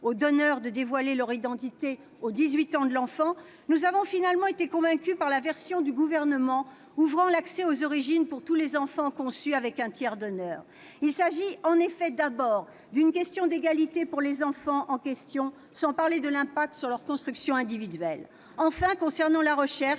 aux donneurs de dévoiler leur identité aux 18 ans de l'enfant, nous avons finalement été convaincus par la version du Gouvernement ouvrant l'accès aux origines pour tous les enfants conçus avec tiers donneur. Il s'agit en effet d'abord d'une question d'égalité pour les enfants en question, sans parler de l'impact sur leur construction individuelle. Concernant la recherche,